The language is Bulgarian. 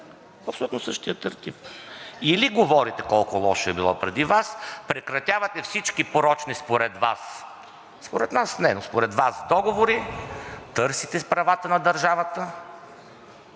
същия тертип! Или говорите колко лошо е било преди Вас, прекратявате всички порочни според Вас – според нас не, но според Вас, договори, търсите правата на държавата